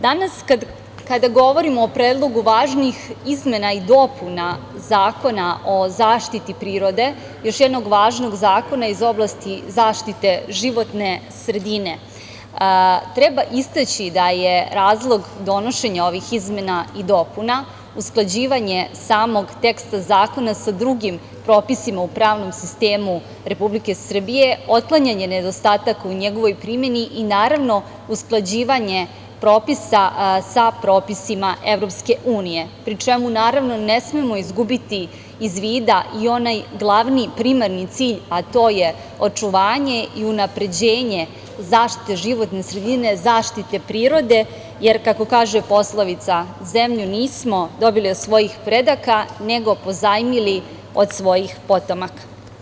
Danas kada govorimo o predlogu važnih izmena i dopuna Zakona o zaštiti prirode, još jednog važnog zakona iz oblasti zaštite životne sredine, treba istaći da je razlog donošenja ovih izmena i dopuna usklađivanje samog teksta zakona sa drugim propisima u pravnom sistemu Republike Srbije, otklanjanje nedostataka u njegovoj primeni i naravno usklađivanje propisa sa propisima EU, pri čemu ne smemo izgubiti iz vida i onaj glavni primarni cilj, a to je očuvanje i unapređenje zaštite životne sredine, zaštite prirode, jer kako kaže poslovica zemlju nismo dobili od svojih predaka, nego pozajmili od svojih potomaka.